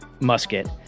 musket